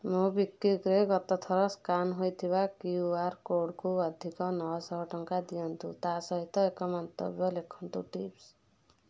ମୋବିକ୍ଵିକ୍ରେ ଗତ ଥର ସ୍କାନ୍ ହୋଇଥିବା କ୍ୟୁଆର୍ କୋଡ଼୍କୁ ଅଧିକ ନଅଶହ ଟଙ୍କା ଦିଅନ୍ତୁ ତା' ସହିତ ଏକ ମନ୍ତବ୍ୟ ଲେଖନ୍ତୁ ଟିପ୍ସ